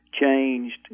changed